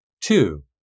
two